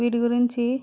వీటి గురించి